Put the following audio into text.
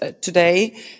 today